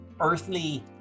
earthly